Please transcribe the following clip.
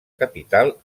capital